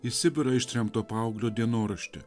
į sibirą ištremto paauglio dienoraštį